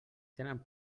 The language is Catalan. tenen